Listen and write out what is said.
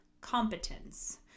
competence